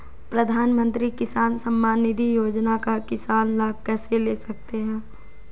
प्रधानमंत्री किसान सम्मान निधि योजना का किसान लाभ कैसे ले सकते हैं?